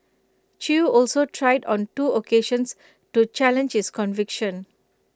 chew also tried on two occasions to challenge his conviction